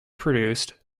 produced